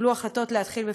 קיבלו החלטות להתחיל בפיתוחו,